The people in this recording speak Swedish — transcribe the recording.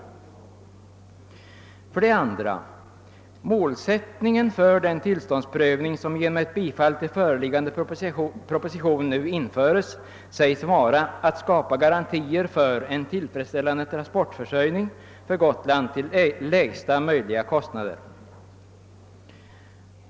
2. Målsättningen för den tillståndsprövning, som genom ett bifall till pro Ppositionens förslag nu skulle komma att införas, anges vara att skapa garantier för en tillfredsställande transportförsörjning för Gotland till lägsta möjliga kostnader.